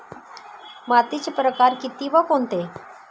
मातीचे प्रकार किती व कोणते?